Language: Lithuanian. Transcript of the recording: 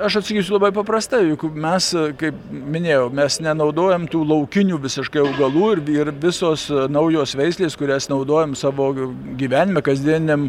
aš atsakysiu labai paprasta juk mes kaip minėjau mes nenaudojam tų laukinių visiškai augalų ir visos naujos veislės kurias naudojam savo gyvenime kasdieniam